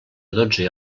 dotze